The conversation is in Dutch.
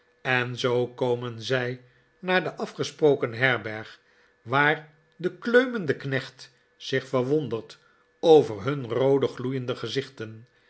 en zoo komen zij naar de afgesproken herberg waar de kleumende knecht zich verwondert over nun roode gloeiende gezichten